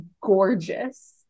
gorgeous